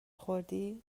خوردی